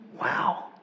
Wow